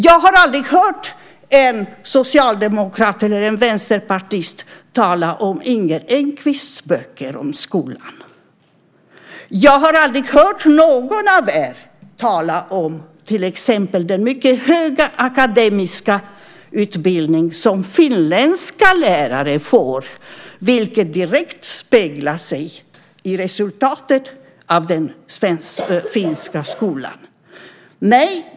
Jag har aldrig hört en socialdemokrat eller vänsterpartist tala om Inger Enqvists böcker om skolan. Jag har aldrig hört någon av er tala om till exempel den mycket höga akademiska utbildning som finländska lärare får, vilket direkt avspeglas i resultatet i den finska skolan.